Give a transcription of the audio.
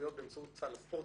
באמצעות סל הספורט,